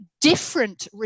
different